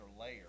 layer